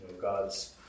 God's